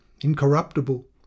incorruptible